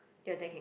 your dad can